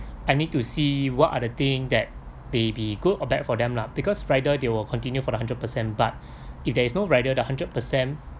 I need to see what are the thing that may be good or bad for them lah because rider they will continue for the hundred percent but if there is no rider the hundred percent